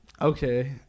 Okay